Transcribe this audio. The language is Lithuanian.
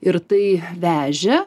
ir tai vežė